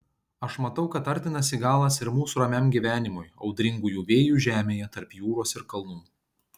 aš matau kad artinasi galas ir mūsų ramiam gyvenimui audringųjų vėjų žemėje tarp jūros ir kalnų